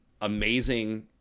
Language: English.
amazing